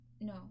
no